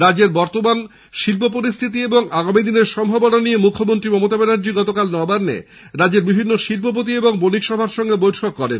রাজ্যে শিল্পের বর্তমান পরিস্থিতি এবং আগামী দিনের সম্ভাবনা নিয়ে মুখ্যমন্ত্রী মমতা ব্যানার্জি গতকাল নবান্নে রাজ্যের বিভিন্ন শিল্পপতি ও বণিক সভার সঙ্গে বৈঠক করেন